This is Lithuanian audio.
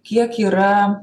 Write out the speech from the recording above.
kiek yra